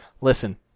listen